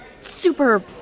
super